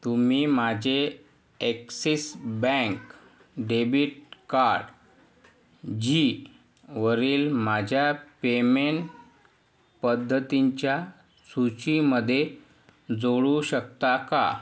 तुम्ही माझे Axis bank debit card झीवरील माझ्या पेमेंट पद्धतींच्या सूचीमध्ये जोडू शकता का